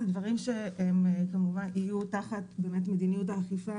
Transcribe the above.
אלה דברים שיהיו תחת מדיניות האכיפה